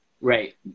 right